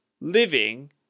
living